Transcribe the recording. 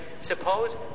Suppose